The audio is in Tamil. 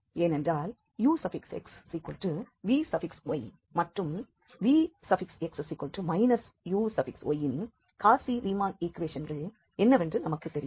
ஏனென்றால் uxvyமற்றும் vx uyஇல் காச்சி ரீமான் ஈக்குவேஷன்கள் என்னவென்று நமக்கு தெரியும்